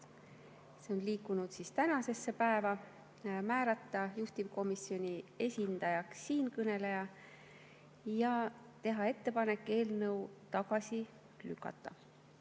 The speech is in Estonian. see on liikunud tänasesse päeva; määrata juhtivkomisjoni esindajaks siinkõneleja ja teha ettepanek eelnõu tagasi lükata.